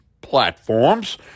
platforms